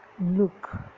look